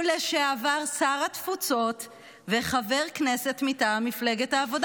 הוא שר התפוצות לשעבר וחבר כנסת מטעם מפלגת העבודה.